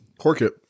Corkit